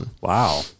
Wow